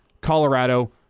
Colorado